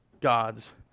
God's